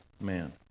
man